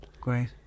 Great